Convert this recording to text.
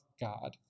God